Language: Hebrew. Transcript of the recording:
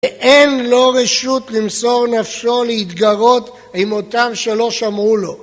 ואין לו רשות למסור נפשו להתגרות עם אותם שלא שמרו לו.